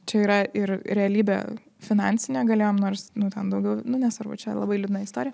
čia yra ir realybė finansinė galėjom nors nu ten daugiau nu nesvarbu čia labai liūdna istorija